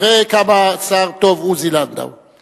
תראה כמה עוזי לנדאו שר טוב.